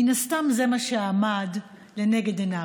מן הסתם זה מה שעמד לנגד עיניו.